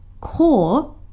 core